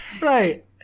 Right